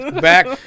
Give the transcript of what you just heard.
back